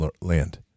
land